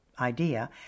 idea